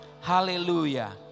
Hallelujah